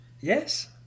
Yes